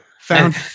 found